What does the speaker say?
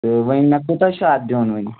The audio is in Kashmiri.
تہٕ ۅنۍ مےٚ کوٗتاہ چھُ اَتھ دیُن ۅنۍ